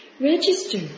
Register